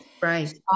right